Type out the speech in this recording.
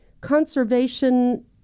conservation